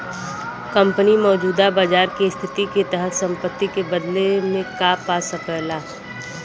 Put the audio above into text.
company मौजूदा बाजार स्थिति के तहत संपत्ति के बदले में का पा सकला